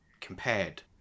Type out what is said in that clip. Compared